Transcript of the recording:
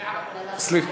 זה גם בסדר.